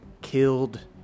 killed